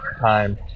time